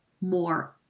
more